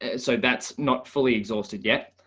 and so that's not fully exhausted yet.